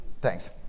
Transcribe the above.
thanks